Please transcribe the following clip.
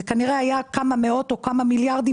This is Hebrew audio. זה כנראה היה כמה מאות או מיליארדים